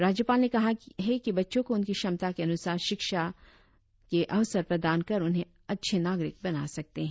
राज्यपाल ने कहा है कि बच्चों को उनकी क्षमता के अनुसार शिक्षा के अवसर प्रदान कर और उनमें अच्छे नागरिक बना सकते है